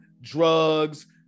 drugs